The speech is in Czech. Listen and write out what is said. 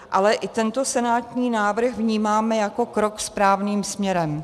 Ale i tento senátní návrh vnímáme jako krok správným směrem.